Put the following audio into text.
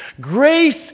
grace